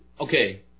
Okay